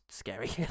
scary